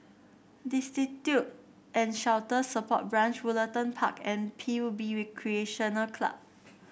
Destitute and Shelter Support Branch Woollerton Park and P U B Recreation Club